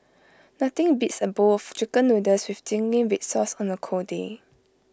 nothing beats A bowl of Chicken Noodles with Zingy Red Sauce on A cold day